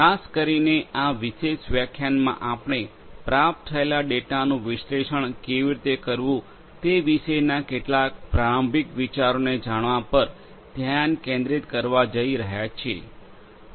ખાસ કરીને આ વિશેષ વ્યાખ્યાનમાં આપણે પ્રાપ્ત થયેલા ડેટાનું વિશ્લેષણ કેવી રીતે કરવું તે વિશેના કેટલાક પ્રારંભિક વિચારોને જાણવા પર ધ્યાન કેન્દ્રિત કરવા જઈ રહ્યા છીએ